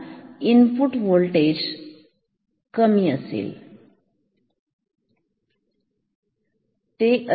समजा Vi हे कमी होल्टेज आहे